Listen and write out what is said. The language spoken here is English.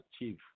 achieve